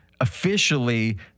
officially